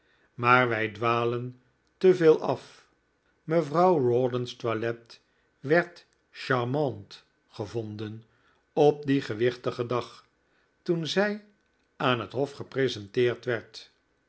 maar wij dwalen te veel af mevrouw rawdon's toilet werd charmante gevonden op dien gewichtigen dag toen zij aan het hof gepresenteerd werd